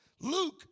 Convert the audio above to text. Luke